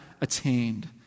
attained